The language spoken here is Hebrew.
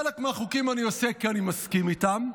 חלק מהחוקים אני עושה כי אני מסכים איתם,